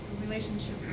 relationship